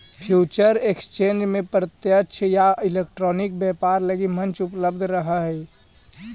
future exchange में प्रत्यक्ष या इलेक्ट्रॉनिक व्यापार लगी मंच उपलब्ध रहऽ हइ